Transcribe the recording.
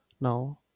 now